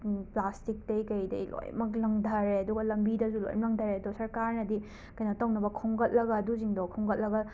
ꯄ꯭ꯂꯥꯁꯇꯤꯛꯇꯩ ꯀꯩꯗꯩ ꯂꯣꯏꯅꯃꯛ ꯂꯥꯡꯊꯔꯦ ꯑꯗꯨꯒ ꯂꯝꯕꯤꯗꯁꯨ ꯂꯣꯏꯅ ꯂꯪꯊꯔꯦ ꯑꯗꯣ ꯁꯔꯀꯥꯔꯅꯗꯤ ꯀꯩꯅꯣ ꯇꯧꯅꯕ ꯈꯣꯝꯒꯠꯂꯒ ꯑꯗꯨꯁꯤꯡꯗꯣ ꯈꯣꯝꯒꯠꯂꯒ